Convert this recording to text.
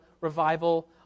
revival